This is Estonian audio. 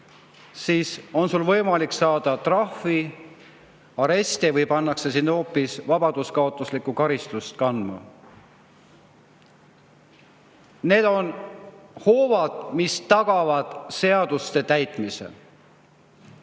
siis sa võid saada trahvi, aresti või pannakse sind hoopis vabaduskaotuslikku karistust kandma. Need on hoovad, mis tagavad seaduste täitmise.